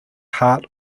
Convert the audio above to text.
heart